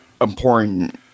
important